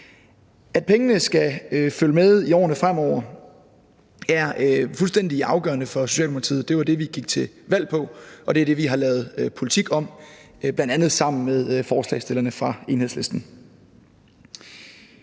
At pengene skal følge med i årene fremover er fuldstændig afgørende for Socialdemokratiet. Det var det, vi gik til valg på, og det er det, vi har lavet politik om, bl.a. sammen med forslagsstillerne fra Enhedslisten.